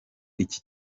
iki